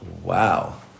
wow